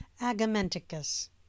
Agamenticus